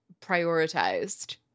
prioritized